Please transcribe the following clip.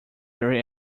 very